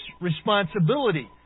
responsibility